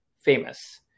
famous